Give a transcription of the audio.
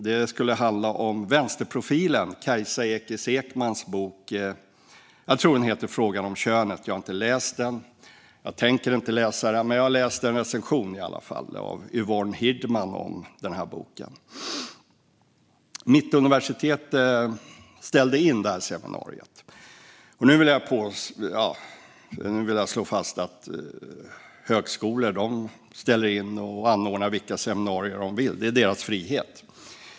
Det skulle handla om vänsterprofilen Kajsa Ekis Ekmans bok Om könets existens . Jag har inte läst boken, och jag tänker inte läsa den. Men jag har i alla fall läst Yvonne Hirdmans recension av boken. Mittuniversitetet ställde in seminariet. Nu vill jag slå fast att högskolor ställer in och anordnar vilka seminarier de vill; det är deras frihet.